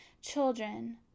Children